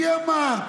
מי אמר?